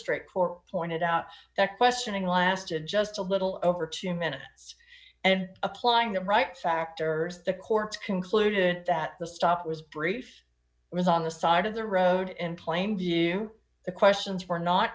magistrate for pointed out that questioning lasted just a little over two minutes and applying that right factors the courts concluded that the stop was brief it was on the side of the road in plain view the questions were not